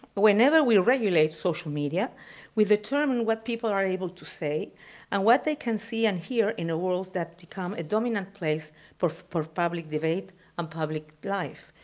whenever we regulate social media we determine what people are able to say and what they can see and hear in a world that's become a dominant place for for public debate and public life.